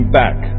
back